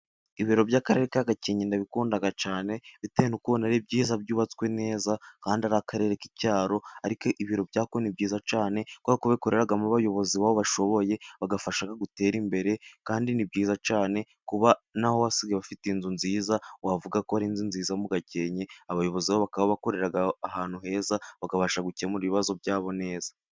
Ibiro by'akarere ka gakenke ndabikundaga cyane, bitewe n'ukuntu ari byiza byubatswe neza kandi ari akarere k'icyaro, ariko ibiro byako ni byiza cyane kuko hakoreragamo bayobozi bashoboye bagafasha gutera imbere, kandi ni byiza cyane kuba naho wasigaye bafite inzu nziza wavuga ko ari inzu nziza mu gakenke abayobozi bakaba bakoreraga ahantu heza, bakabasha gukemura ibibazo byabo neza.